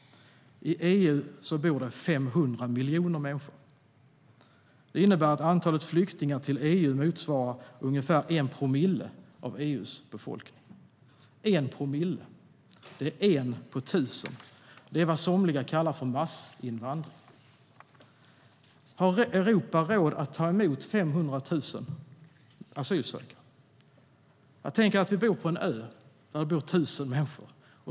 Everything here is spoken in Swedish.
I EU bor det 500 miljoner människor. Det innebär att antalet flyktingar till EU motsvarar ungefär 1 promille av EU:s befolkning. 1 promille är en på tusen. Det kallar somliga massinvandring. Har Europa råd att ta emot 500 000 asylsökande? Tänk er att vi bor på en ö där det bor tusen människor.